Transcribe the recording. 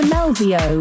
Melvio